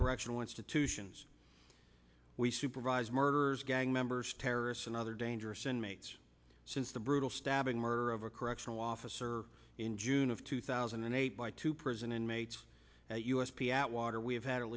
correctional institutions we supervise murderers gang members terrorists and other dangerous and makes since the brutal stabbing murder of a correctional officer in june of two thousand and eight by two prison inmates at us p atwater we have had at